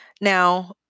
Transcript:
Now